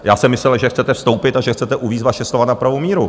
Já jsem myslel, že chcete vystoupit a že chcete uvést vaše slova na pravou míru.